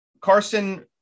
Carson